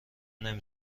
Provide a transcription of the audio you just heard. نمی